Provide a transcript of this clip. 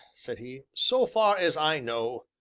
said he, so far as i know,